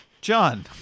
John